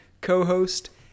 co-host